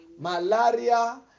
malaria